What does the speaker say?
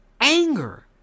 anger